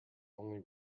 only